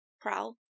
Prowl